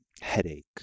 headache